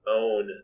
own